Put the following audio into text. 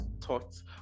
thoughts